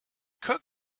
cook